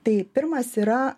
tai pirmas yra